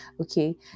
okay